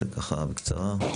אז בקצרה.